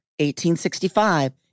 1865